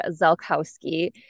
Zelkowski